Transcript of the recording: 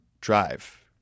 drive